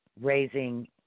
raising